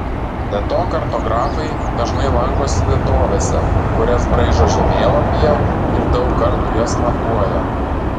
be to kartografai dažnai lankosi vietovėse kurias braižo žemėlapyje ir daug kartų jas matuoja